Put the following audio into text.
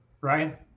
Ryan